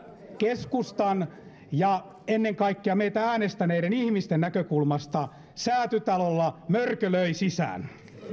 keskustan ja ennen kaikkea meitä äänestäneiden ihmisten näkökulmasta säätytalolla mörkö löi sisään